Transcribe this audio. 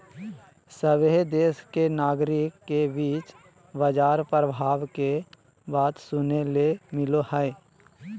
सभहे देश के नागरिक के बीच बाजार प्रभाव के बात सुने ले मिलो हय